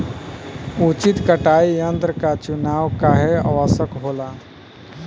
उचित कटाई यंत्र क चुनाव काहें आवश्यक होला?